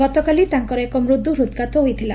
ଗତକାଲି ତାଙ୍କର ଏକ ମୃଦୁ ହୃଦ୍ଘାତ ହୋଇଥିଲା